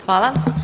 Hvala.